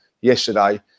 yesterday